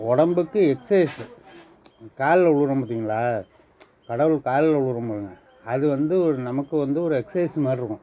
உடம்புக்கு எக்சைஸு கால்ல விழுகிறோம் பார்த்திங்களா கடவுள் கால்ல விழுகுறோம் பாருங்கள் அது வந்து ஒரு நமக்கு வந்து ஒரு எக்சைஸ் மாரி இருக்கும்